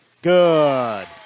Good